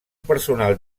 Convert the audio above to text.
personal